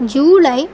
July